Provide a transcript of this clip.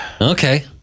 Okay